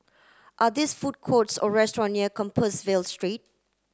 are these food courts or restaurant near Compassvale Street